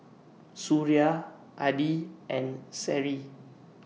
Suria Adi and Seri